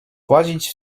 włazić